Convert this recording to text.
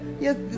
Yes